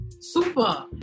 Super